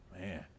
man